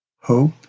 hope